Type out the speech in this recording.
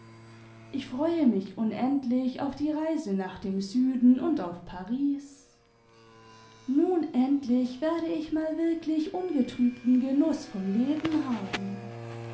ich freue mich imendlich auf die reise nach dem süden und auf paris nun endlich werde ich mal wirklich ungetrübten genuß vom leben haben